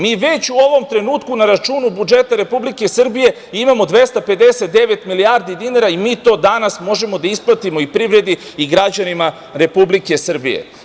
Mi već u ovom trenutku na računu budžeta Republike Srbije imamo 259 milijardi dinara i mi to danas možemo da isplatimo i privredi i građanima Republike Srbije.